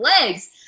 legs